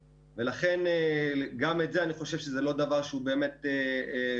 לכן אני חושב שגם הדבר הזה הוא לא באמת רלוונטי.